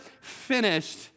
finished